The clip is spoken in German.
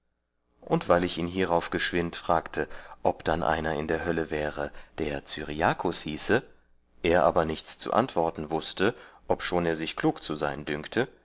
und weil ich ihn hierauf geschwind fragte ob dann einer in der hölle wäre der cyriacus hieße er aber nichts zu antworten wußte obschon er sich klug zu sein dünkte